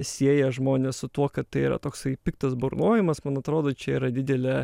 sieja žmonės su tuo kad tai yra toksai piktas burnojimas man atrodo čia yra didelė